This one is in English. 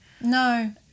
No